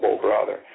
brother